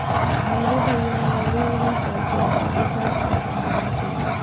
मेरे भैया ओलेरीकल्चर पर रिसर्च कर रहे हैं राजू